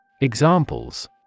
Examples